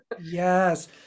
Yes